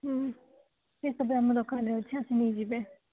ସେସବୁ ବି ଆମ ଦୋକାନରେ ଅଛି ଆସିକି ନେଇଯିବେ